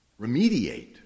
remediate